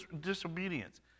disobedience